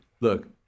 Look